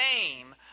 name